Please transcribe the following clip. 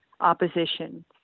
opposition